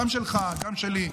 גם שלך גם שלי,